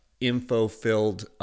info-filled